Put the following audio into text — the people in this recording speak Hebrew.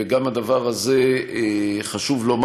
וגם את הדבר הזה חשוב לומר.